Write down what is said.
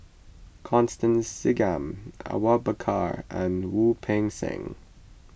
Constance Singam Awang Bakar and Wu Peng Seng